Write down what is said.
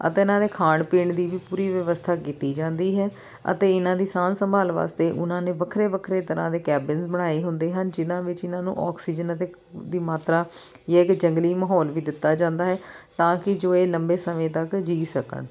ਅਤੇ ਇਹਨਾਂ ਦੇ ਖਾਣ ਪੀਣ ਦੀ ਵੀ ਪੂਰੀ ਵਿਵਸਥਾ ਕੀਤੀ ਜਾਂਦੀ ਹੈ ਅਤੇ ਇਹਨਾਂ ਦੀ ਸਾਂਭ ਸੰਭਾਲ ਵਾਸਤੇ ਉਹਨਾਂ ਨੇ ਵੱਖਰੇ ਵੱਖਰੇ ਤਰ੍ਹਾਂ ਦੇ ਕੈਬਨਸ ਬਣਾਏ ਹੁੰਦੇ ਹਨ ਜਿਹਨਾਂ ਵਿੱਚ ਇਹਨਾਂ ਨੂੰ ਆਕਸੀਜਨ ਅਤੇ ਦੀ ਮਾਤਰਾ ਜੇ ਹੈ ਕਿ ਜੰਗਲੀ ਮਾਹੌਲ ਵੀ ਦਿੱਤਾ ਜਾਂਦਾ ਹੈ ਤਾਂ ਕਿ ਜੋ ਇਹ ਲੰਬੇ ਸਮੇਂ ਤੱਕ ਜੀ ਸਕਣ